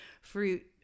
fruit